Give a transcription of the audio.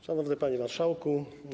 Szanowny Panie Marszałku!